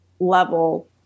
level